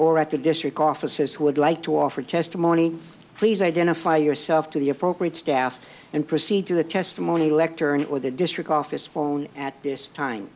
or at the district offices who would like to offer testimony please identify yourself to the appropriate staff and proceed to the testimony lectern or the district office phone at this time